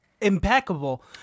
impeccable